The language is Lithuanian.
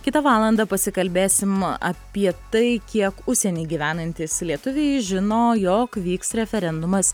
kitą valandą pasikalbėsim apie tai kiek užsieny gyvenantys lietuviai žino jog vyks referendumas